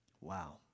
Wow